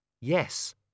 Yes